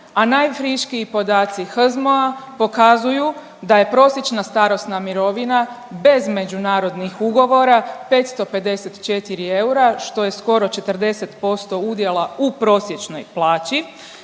a najfriškiji podaci HZMO-a pokazuju da je prosječna starosna mirovina bez međunarodnih ugovora 554 eura što je skoro 40% udjela u prosječnoj plaći.